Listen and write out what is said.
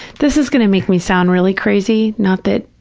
this is going to make me sound really crazy, not that,